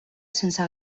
sense